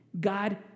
God